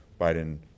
Biden